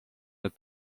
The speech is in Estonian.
need